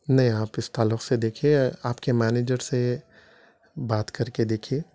نہیں آپ اس تعلق سے دیکھیے آپ کے مینیجر سے بات کر کے دیکھیے